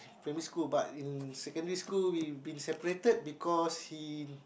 primary school but in secondary school we been separated because he